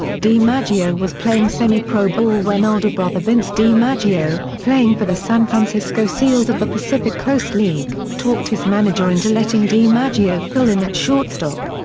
dimaggio was playing semi-pro ball when older brother vince dimaggio, playing for the san francisco seals of the pacific coast league, talked his manager into letting dimaggio fill in at shortstop.